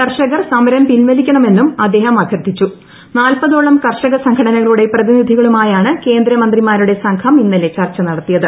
കർഷകർ സമരം പിൻവലിക്കണമെന്നും അദ്ദേഹം അഭ്യർത്ഥിച്ചുനാൽപതോളം കർഷക സംഘടനകളുടെ പ്രതിനിധികളുമായാണ് കേന്ദ്ര മന്ത്രിമാരുടെ സംഘം ഇന്നലെ ചർച്ച നടത്തിയത്